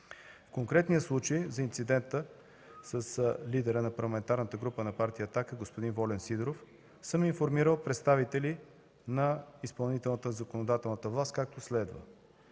В конкретния случай за инцидента с лидера на Парламентарната група на Партия „Атака“ – господин Волен Сидеров, съм информирал представители на изпълнителната, законодателната власт, както следва